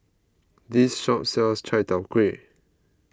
this shop sells Chai Tow Kway